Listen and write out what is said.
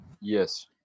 Yes